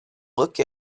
look